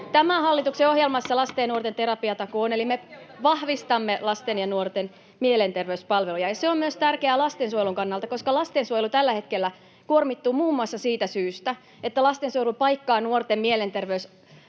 Tämän hallituksen ohjelmassa lasten ja nuorten terapiatakuu on, eli me vahvistamme lasten ja nuorten mielenterveyspalveluja. Se on tärkeää myös lastensuojelun kannalta, koska lastensuojelu tällä hetkellä kuormittuu muun muassa siitä syystä, että lastensuojelu paikkaa nuorten mielenterveyspalvelujen